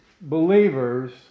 believers